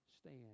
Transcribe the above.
stand